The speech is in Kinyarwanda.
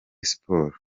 siporo